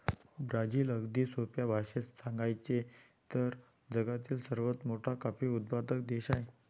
Brazil, अगदी सोप्या भाषेत सांगायचे तर, जगातील सर्वात मोठा कॉफी उत्पादक देश आहे